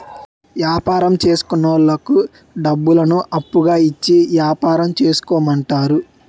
యాపారం చేసుకున్నోళ్లకు డబ్బులను అప్పుగా ఇచ్చి యాపారం చేసుకోమంటారు